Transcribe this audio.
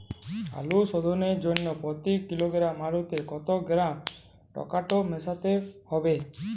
আলু শোধনের জন্য প্রতি কিলোগ্রাম আলুতে কত গ্রাম টেকটো মেশাতে হবে?